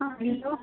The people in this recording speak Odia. ହଁ ହ୍ୟାଲୋ